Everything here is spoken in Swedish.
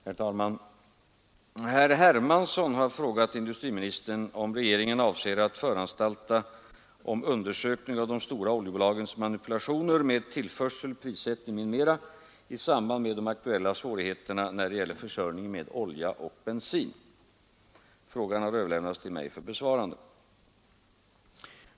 Herr talman! Herr Hermansson har frågat industriministern om regeringen avser att föranstalta om undersökning av de stora oljebolagens manipulationer med tillförsel, prissättning m.m. i samband med de aktuella svårigheterna när det gäller försörjningen med olja och bensin. Frågan har överlämnats till mig för besvarande.